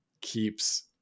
keeps